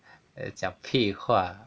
不要讲屁话